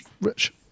Rich